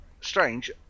Strange